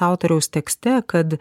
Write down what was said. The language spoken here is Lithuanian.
autoriaus tekste kad